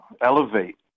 elevate